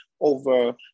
over